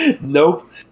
Nope